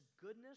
goodness